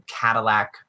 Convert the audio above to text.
Cadillac